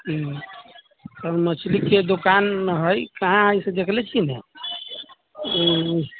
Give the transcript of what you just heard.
हँ मछली के दोकान हय कहाँ हय से देखले छियै न